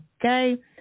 Okay